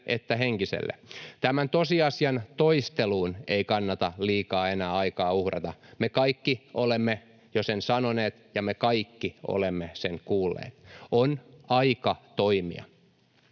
että henkiselle. Tämän tosiasian toisteluun ei kannata enää liikaa aikaa uhrata. Me kaikki olemme jo sen sanoneet, ja me kaikki olemme sen kuulleet. On aika toimia.